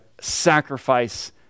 sacrifice